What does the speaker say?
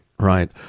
Right